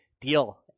deal